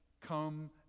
come